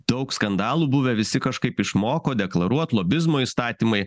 daug skandalų buvę visi kažkaip išmoko deklaruot lobizmo įstatymai